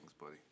buddy